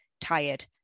tired